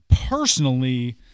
personally